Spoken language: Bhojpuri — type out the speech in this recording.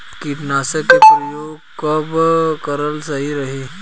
कीटनाशक के प्रयोग कब कराल सही रही?